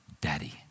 Daddy